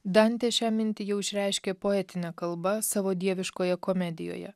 dantė šią mintį jau išreiškė poetine kalba savo dieviškoje komedijoje